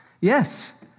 Yes